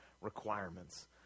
requirements